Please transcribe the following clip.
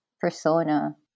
persona